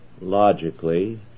logically